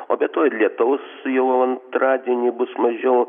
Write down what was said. o be to ir lietaus jau antradienį bus mažiau